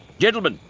gentlemen!